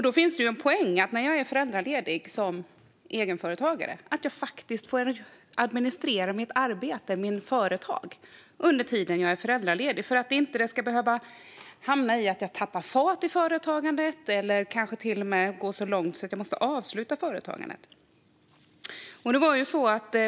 Det finns därför en poäng med att jag som egenföretagare och föräldraledig får administrera mitt arbete, mitt företag, under den tid jag är föräldraledig. Det ska inte behöva leda till att jag tappar fart i företagandet eller att det kanske till och med går så långt att jag måste avsluta företagandet.